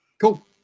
Cool